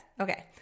okay